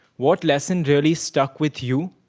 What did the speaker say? what lesson really stuck with you?